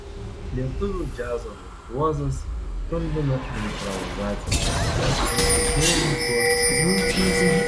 lietuvių džiazo virtuozas stulbina improvizacine jėga ir tikėjimu tuo ką daro